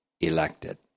elected